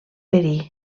perir